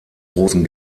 großen